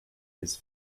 his